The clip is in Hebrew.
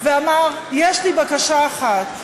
ואמר: יש לי בקשה אחת,